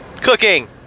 Cooking